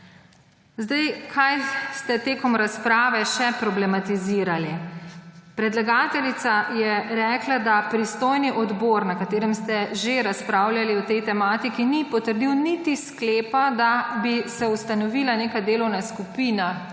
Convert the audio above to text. unije. Kaj ste med razpravo še problematizirali? Predlagateljica je rekla, da pristojni odbor, na katerem ste že razpravljali o tej tematiki, ni potrdil niti sklepa, da bi se ustanovila neka delovna skupina